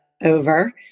over